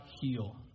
heal